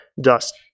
dust